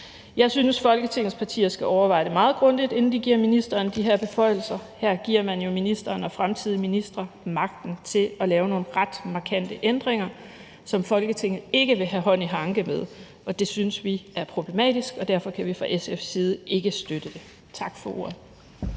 Jeg synes, at Folketingets partier skal overveje det meget grundigt, inden de giver ministeren de her beføjelser. Her giver man jo ministeren og fremtidige ministre magten til at lave nogle ret markante ændringer, som Folketinget ikke vil have hånd i hanke med, og det synes vi er problematisk, og derfor kan vi fra SF's side ikke støtte det. Tak for ordet.